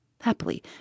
Happily